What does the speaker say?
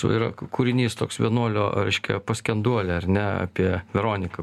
yra kūrinys toks vienuolio reiškia paskenduolė ar ne apie veroniką